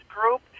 group